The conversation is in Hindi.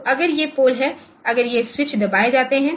तो अगर ये पोल हैं अगर ये स्विच दबाए जाते हैं